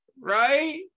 right